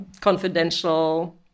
confidential